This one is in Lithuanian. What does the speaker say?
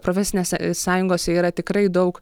profesinėse sąjungose yra tikrai daug